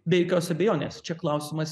be jokios abejonės čia klausimas